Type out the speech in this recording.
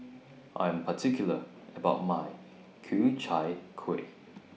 I'm particular about My Ku Chai Kuih